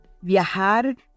Viajar